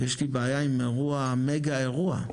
יש לי בעיה עם מגה אירוע.